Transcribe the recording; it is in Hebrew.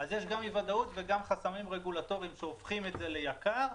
אז יש גם אי וודאות וגם חסמים רגולטוריים שהופכים את זה ליקר.